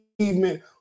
achievement